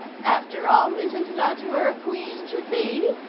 after all, isn't that where a queen should be?